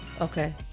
Okay